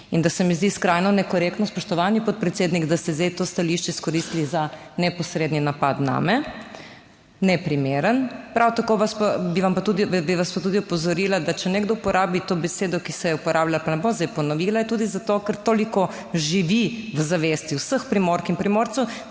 in da se mi zdi skrajno nekorektno, spoštovani podpredsednik, da ste zdaj to stališče izkoristili za neposredni napad name, neprimeren, prav tako vas pa, bi vam pa tudi, bi vas pa tudi opozorila, da če nekdo uporabi to besedo, ki se je uporabljala, pa ne bom zdaj ponovila, je tudi zato, ker toliko živi v zavesti vseh Primork in Primorcev,